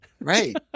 Right